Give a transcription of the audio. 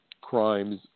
crimes